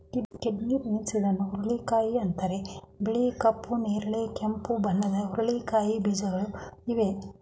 kidney beans ಇದನ್ನು ಹುರುಳಿಕಾಯಿ ಅಂತರೆ ಬಿಳಿ, ಕಪ್ಪು, ನೇರಳೆ, ಕೆಂಪು ಬಣ್ಣದ ಹುರಳಿಕಾಯಿ ಬೀಜಗಳು ಇವೆ